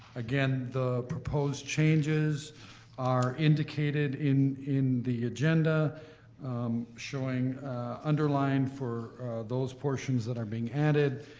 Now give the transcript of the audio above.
again, the proposed changes are indicated in in the agenda showing underlined for those portions that are being added,